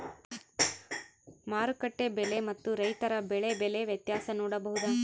ಮಾರುಕಟ್ಟೆ ಬೆಲೆ ಮತ್ತು ರೈತರ ಬೆಳೆ ಬೆಲೆ ವ್ಯತ್ಯಾಸ ನೋಡಬಹುದಾ?